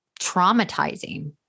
traumatizing